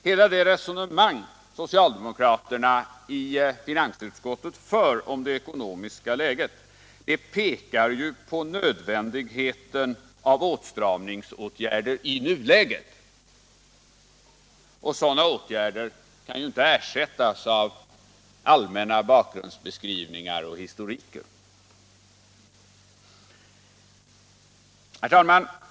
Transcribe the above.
Hela det resonemang som socialdemokraterna i finansutskottet för om det ekonomiska läget pekar ju på nödvändigheten av åtstramningsåtgärder i nuläget, och sådana åtgärder kan ju inte ersättas av allmänna bakgrundsbeskrivningar och historik. Herr talman!